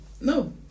No